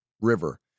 river